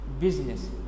business